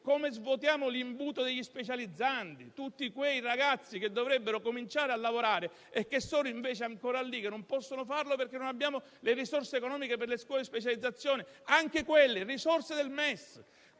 come svuotiamo l'imbuto degli specializzandi? Tutti quei ragazzi che dovrebbero cominciare a lavorare e che sono invece ancora lì che non possono farlo perché non abbiamo le risorse economiche per le scuole specializzazione. Anche per quelli: le risorse del MES.